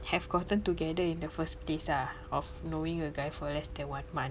have gotten together in the first place ah of knowing a guy for less than one month